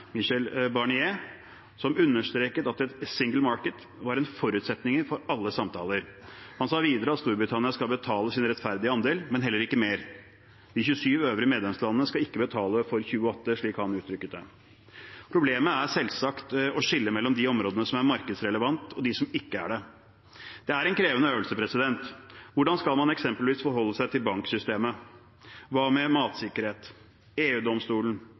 Michel Barnier, som understreket at et «single market» var en forutsetning for alle samtaler. Han sa videre at Storbritannia skal betale sin rettferdige andel, men heller ikke mer. De 27 øvrige medlemslandene skal ikke betale for 28, slik han uttrykte det. Problemet er selvsagt å skille mellom områdene som er markedsrelevante, og dem som ikke er det. Det er en krevende øvelse. Hvordan skal man eksempelvis forholde seg til banksystemet? Hva med matsikkerhet,